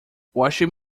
washing